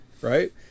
Right